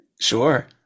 Sure